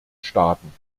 staaten